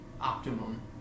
optimum